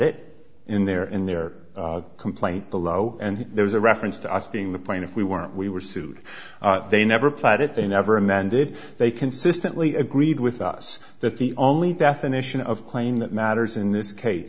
it in their in their complaint below and there was a reference to us being the plaintiff we weren't we were sued they never applied it they never amended they consistently agreed with us that the only definition of claim that matters in this case